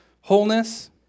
Wholeness